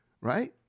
right